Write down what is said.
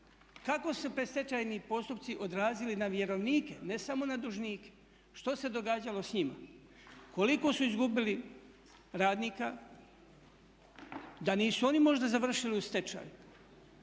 Kako su predstečajni postupci se odrazili na vjerovnike, ne samo na dužnike? Što se događalo s njima? Koliko su izgubili radnika, da nisu oni možda završili u stečaju?